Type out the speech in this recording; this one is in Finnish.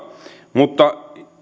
mutta